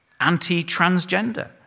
anti-transgender